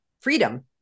freedom